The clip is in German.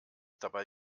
dabei